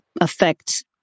affect